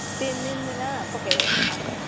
ତିନ୍ ଦିନ ଦିନ ପକେଇ ଦେବେ